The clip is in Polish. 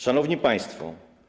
Szanowni Państwo!